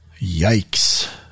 Yikes